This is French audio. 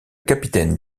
capitaine